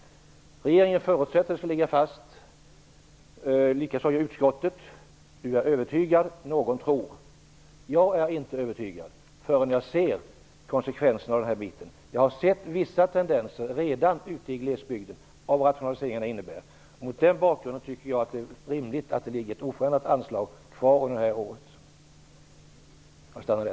Regeringen förutsätter att beloppet skall ligga fast, likaså utskottet, Hans Stenberg är övertygad, och någon tror - jag är inte övertygad förrän jag har sett konsekvenserna på det här området. Jag har redan sett vissa konsekvenser av vad rationaliseringarna innebär ute i glesbygden. Mot den bakgrunden tycker jag att det är rimligt att det ligger ett oförändrat anslag kvar under det här året.